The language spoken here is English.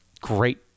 great